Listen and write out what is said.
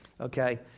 Okay